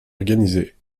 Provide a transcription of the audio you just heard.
organisée